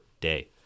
day